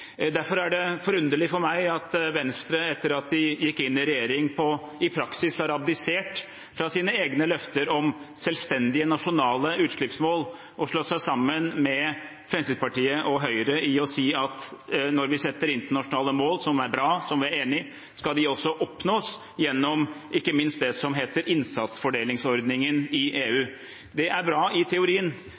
Derfor er det forunderlig for meg at Venstre etter at de gikk inn i regjering, i praksis har abdisert fra sine egne løfter om selvstendige nasjonale utslippsmål og har slått seg sammen med Fremskrittspartiet og Høyre om å si at når vi setter internasjonale mål – som er bra, som vi er enig i – skal de også oppnås gjennom ikke minst det som heter innsatsfordelingsordningen i EU. Det er bra i teorien,